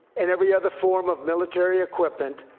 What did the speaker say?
and every other form of military equipment,